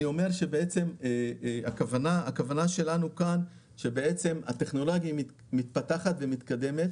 הכוונה שלנו היא שהטכנולוגיה מתפתחת ומתקדמת